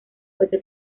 fuese